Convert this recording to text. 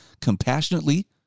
compassionately